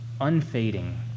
unfading